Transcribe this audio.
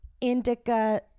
indica